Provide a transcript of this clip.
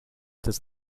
does